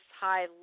high